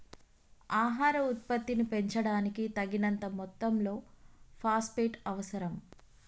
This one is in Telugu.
ఆహార ఉత్పత్తిని పెంచడానికి, తగినంత మొత్తంలో ఫాస్ఫేట్ అవసరం